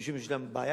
משום שיש להן בעיות